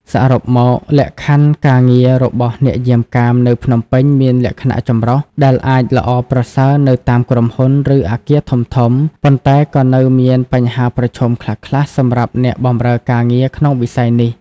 សរុបមក លក្ខខណ្ឌការងាររបស់អ្នកយាមកាមនៅភ្នំពេញមានលក្ខណៈចម្រុះ ដែលអាចល្អប្រសើរនៅតាមក្រុមហ៊ុន ឬអគារធំៗ ប៉ុន្តែក៏នៅតែមានបញ្ហាប្រឈមខ្លះៗសម្រាប់អ្នកបម្រើការងារក្នុងវិស័យនេះ។